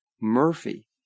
Murphy